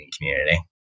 community